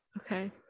Okay